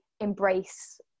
embrace